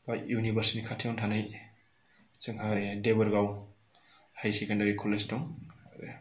university नि खाथियावनो थानाय जोंहा ओरैहाय देबोरगाव हायार सेकेन्दारि कलेज दं